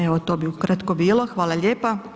Evo, to bi ukratko bilo, hvala lijepa.